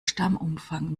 stammumfang